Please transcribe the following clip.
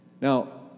Now